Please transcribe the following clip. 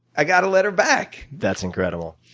i got a letter back. that's incredible.